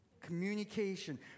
communication